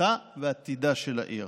התפתחותה ועתידה של העיר.